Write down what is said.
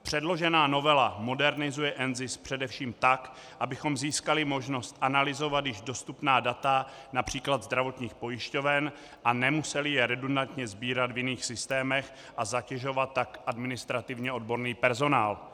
Předložená novela modernizuje NZIS především tak, abychom získali možnost analyzovat již dostupná data, například zdravotních pojišťoven, a nemuseli je redundantně sbírat v jiných systémech a zatěžovat tak administrativně odborný personál.